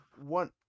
one